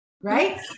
right